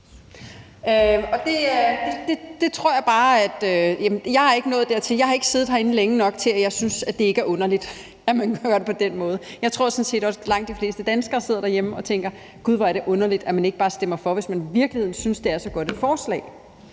jeg har ikke siddet herinde længe nok til, at jeg ikke synes, det er underligt, at man gør det på den måde. Jeg tror sådan set også, at langt de fleste danskere sidder derhjemme og tænker: Gud, hvor er det underligt, at man ikke bare stemmer for, hvis man i virkeligheden synes, det er så godt et forslag.